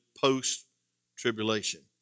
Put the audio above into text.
post-tribulation